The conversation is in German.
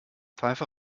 pfeife